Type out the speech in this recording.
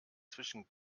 zwischen